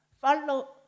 follow